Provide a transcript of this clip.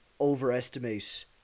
overestimate